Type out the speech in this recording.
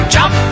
Jump